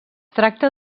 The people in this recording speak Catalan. tracta